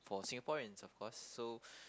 for Singaporeans of course so